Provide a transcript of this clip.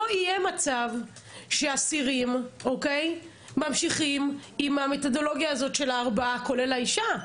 לא יהיה מצב שאסירים ממשיכים עם המתודולוגיה הזאת של ארבעה כולל האישה,